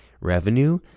revenue